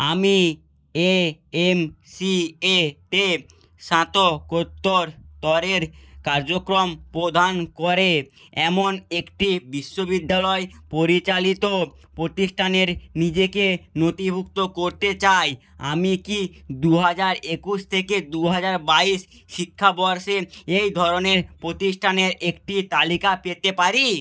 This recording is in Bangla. আমি এ এম সি এতে স্নাতকোত্তর তরের কার্যক্রম প্রদান করে এমন একটি বিশ্ববিদ্যালয় পরিচালিত প্রতিষ্ঠানের নিজেকে নথিভুক্ত করতে চাই আমি কি দু হাজার একুশ থেকে দু হাজার বাইশ শিক্ষাবর্ষে এই ধরনের প্রতিষ্ঠানের একটা তালিকা পেতে পারি